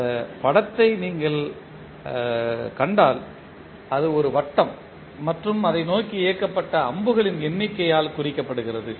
இந்த படத்தை நீங்கள் கண்டால் அது ஒரு வட்டம் மற்றும் அதை நோக்கி இயக்கப்பட்ட அம்புகளின் எண்ணிக்கையால் குறிக்கப்படுகிறது